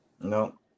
No